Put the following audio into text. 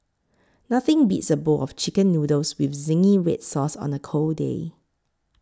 nothing beats a bowl of Chicken Noodles with Zingy Red Sauce on a cold day